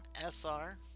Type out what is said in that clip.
SR